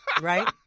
right